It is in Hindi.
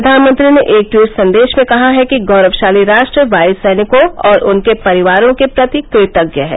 प्रधानमंत्री ने एक ट्वीट संदेश में कहा है कि गौरवशाली राष्ट्र वायु सैनिकों और उनके परिवारों के प्रति कृतज्ञ है